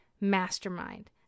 mastermind